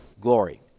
glory